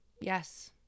Yes